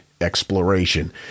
exploration